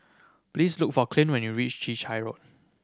please look for Clint when you reach Chai Chee Road